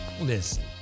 listen